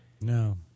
No